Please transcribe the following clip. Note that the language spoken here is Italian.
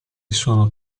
sono